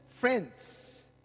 friends